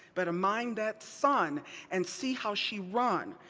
but mind that sun and see how she run,